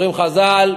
אומרים חז"ל: